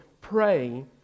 pray